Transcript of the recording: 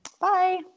bye